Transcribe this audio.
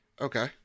Okay